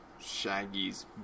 Shaggy's